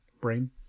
brain